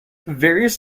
various